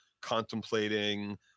contemplating